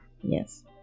yes